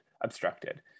obstructed